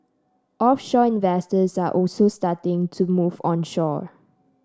offshore investors are also starting to move onshore